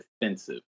defensive